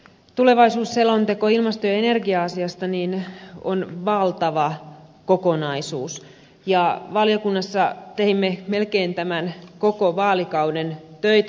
tulevaisuusselonteko ilmasto ja energia asiasta on valtava kokonaisuus ja valiokunnassa teimme melkein tämän koko vaalikauden töitä